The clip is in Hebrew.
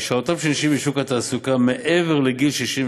הישארותן של נשים בשוק התעסוקה מעבר לגיל 62